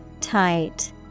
Tight